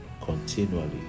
continually